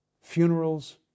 Funerals